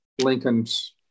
Lincoln's